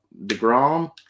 Degrom